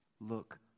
Look